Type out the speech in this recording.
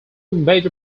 major